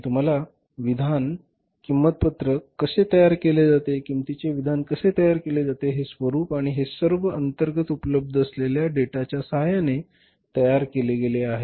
मी तुम्हाला विधान किंमत पत्रक कसे तयार केले जाते किंमतीचे विधान कसे तयार केले जाते हे स्वरूप आणि हे सर्व अंतर्गत उपलब्ध असलेल्या डेटा च्या सहाय्याने तयार केले गेले आहे